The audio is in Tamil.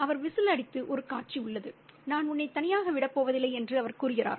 அவர் விசில் அடித்து ஒரு காட்சி உள்ளது நான் உன்னை தனியாக விடப் போவதில்லை என்று அவர் கூறுகிறார்